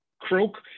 croak